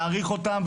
להעריך אותם,